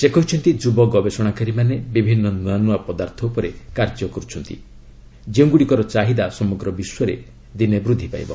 ସେ କହିଛନ୍ତି ଯୁବ ଗବେଷଣାକାରୀମାନେ ବିଭିନ୍ନ ନୂଆ ନୂଆ ପଦାର୍ଥ ଉପରେ କାର୍ଯ୍ୟ କରୁଛନ୍ତି ଯେଉଁଗୁଡ଼ିକର ଚାହିଦା ସମଗ୍ର ବିଶ୍ୱରେ ବୃଦ୍ଧି ପାଇବ